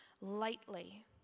lightly